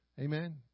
Amen